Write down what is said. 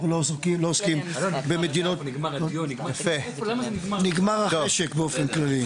אנחנו לא עוסקים במדינות --- נגמר הדיון --- נגמר החשק באופן כללי.